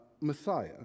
Messiah